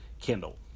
Kindle